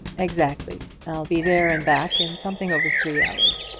exactly i'll be there and back in something over three hours.